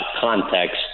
context